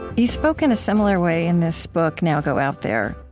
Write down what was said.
you spoke in a similar way in this book, now go out there,